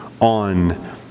on